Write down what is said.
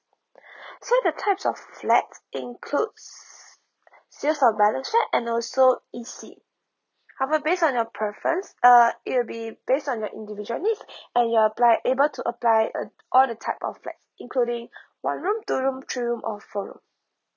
so the type pf flats includes sale or balance flat and also E_C I'll based on your preference uh it will be based on your individually and you apply able to apply uh all the type of flat including one room two room three room or four room